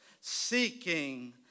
Seeking